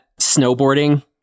snowboarding